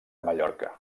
mallorca